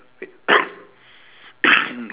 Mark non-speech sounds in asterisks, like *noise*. *coughs*